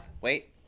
Wait